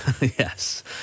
Yes